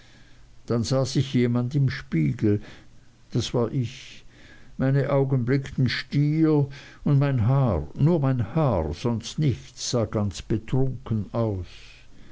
dann sah sich jemand in den spiegel das war ich meine augen blickten stier und mein haar nur mein haar sonst nichts sah ganz betrunken aus